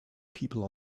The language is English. people